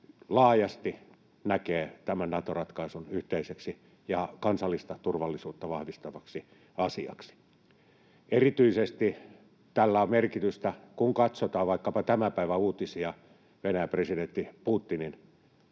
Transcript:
laajasti näkee tämän Nato-ratkaisun yhteiseksi ja kansallista turvallisuutta vahvistavaksi asiaksi. Tällä on merkitystä erityisesti, kun katsotaan vaikkapa tämän päivän uutisia Venäjän presidentti Putinin